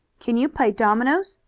can you play dominoes?